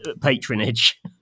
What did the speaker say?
patronage